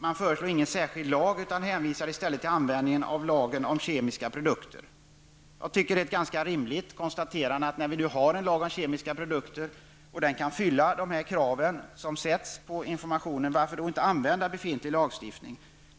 Man föreslår ingen särskild lagstiftning utan hänvisar till lagen om kemiska produkter. Jag tycker att det är ett ganska rimligt konstaterande att säga att när vi har en lag om kemiska produkter som kan uppfylla de krav som ställs på information om produkter skall vi använda denna befintliga lagstifning.